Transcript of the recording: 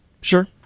Sure